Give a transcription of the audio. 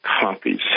copies